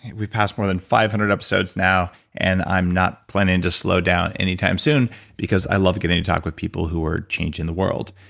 we've passed more than five hundred episodes now and i'm not planning to slow down anytime soon because i love getting to talk with people who are changing the world.